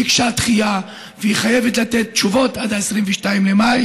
ביקשה דחייה, והיא חייבת לתת תשובות עד 22 במאי.